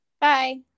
Bye